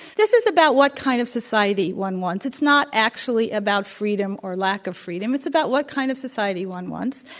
this is about the kind of society one wants. it's not actually about freedom or lack of freedom. it's about what kind of society one wants.